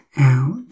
out